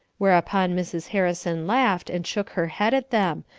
whereupon mrs. harrison laughed, and shook her head at them,